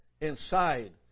inside